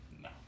No